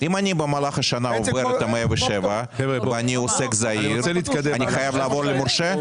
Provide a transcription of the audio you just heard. אני במהלך השנה עובר את ה-107 ואני עוסק זעיר אני חייב לעבור למורשה?